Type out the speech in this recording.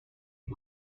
hip